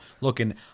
looking